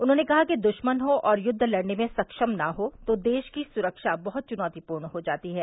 उन्होंने कहा कि दुश्मन हो और युद्ध लड़ने में सक्षम न हो तो देश की सुरक्षा बहुत चुनौतीपूर्ण हो जाती है